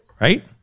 Right